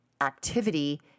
activity